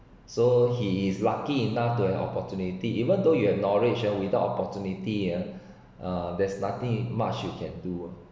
so he is lucky enough to an opportunity even though you have knowledge ah without opportunity uh there's nothing much you can do